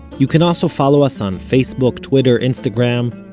you can also follow us on facebook, twitter, instagram,